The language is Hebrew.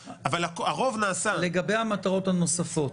לגבי המטרות הנוספות,